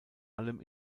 allem